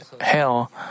hell